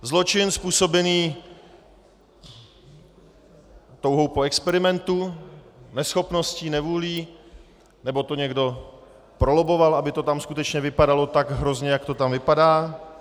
Zločin způsobený touhou po experimentu, neschopností, nevůlí, nebo to někdo prolobboval, aby to tam skutečně vypadalo tak hrozně, jak to tam vypadá.